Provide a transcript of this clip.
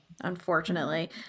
Unfortunately